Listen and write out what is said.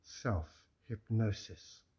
self-hypnosis